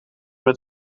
met